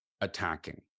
attacking